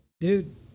dude